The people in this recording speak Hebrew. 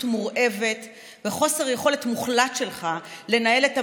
מורעבת וחוסר יכולת מוחלט שלך לנהל את המשבר,